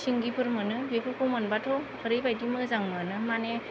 सिंगिफोर मोनो बेफोरखौ मोनबाथ' ओरैबायदि मोजां मोनो माने